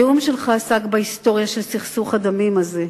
הנאום שלך עסק בהיסטוריה של סכסוך הדמים הזה,